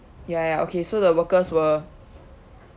ya ya okay so the workers were